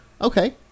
Okay